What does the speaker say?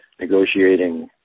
negotiating